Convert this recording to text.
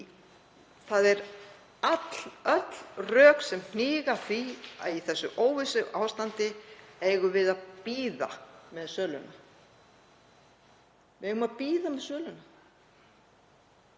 að öll rök hníga að því að í þessu óvissuástandi eigum við að bíða með söluna. Við eigum að bíða með söluna.